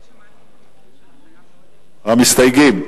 המסתייגים.